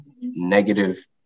Negative